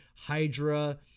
Hydra